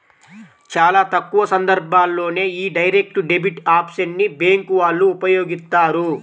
చాలా తక్కువ సందర్భాల్లోనే యీ డైరెక్ట్ డెబిట్ ఆప్షన్ ని బ్యేంకు వాళ్ళు ఉపయోగిత్తారు